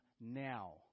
now